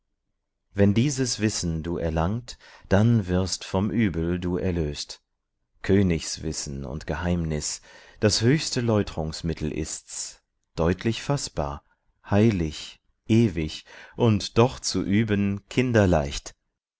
wenn dieses wissen du erlangt dann wirst vom übel du erlöst königs wissen und geheimnis das höchste läutrungsmittel ist's deutlich faßbar heilig ewig und doch zu üben kinderleicht